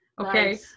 Okay